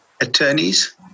attorneys